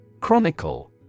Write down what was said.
Chronicle